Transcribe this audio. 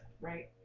Right